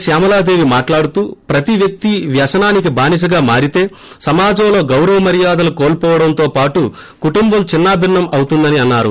శ్యామలదేవి మాట్లాడుతూ ప్రతి వ్యక్తి వ్యసనానికి బానిస్తా మారితే సమాజంలో గౌరవ మర్భాదలు కోల్స్ వడంతో పాటు కుటుంబం చిన్నా బిన్నం అవుతుందని అన్నారు